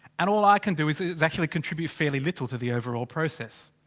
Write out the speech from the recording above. and all i can do is is actually contribute fairly little to the overall process.